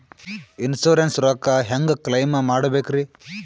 Insurance ರೊಕ್ಕ ಹೆಂಗ claim ಮಾಡ್ಬೇಕ್ರಿ?